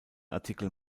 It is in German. artikel